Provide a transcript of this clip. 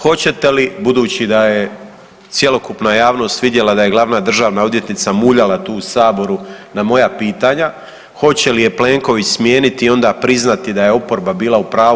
Hoćete li budući da je cjelokupna javnost vidjela da je glavna državna odvjetnica muljala tu u Saboru na moja pitanja hoće li je Plenković smijeniti i onda priznati da je oporba bila u pravu.